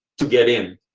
to get in,